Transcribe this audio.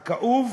הכאוב,